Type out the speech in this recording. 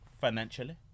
financially